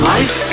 Life